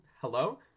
hello